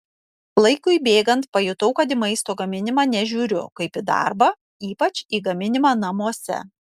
laikui bėgant pajutau kad į maisto gaminimą nežiūriu kaip į darbą ypač į gaminimą namuose